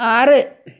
ആറ്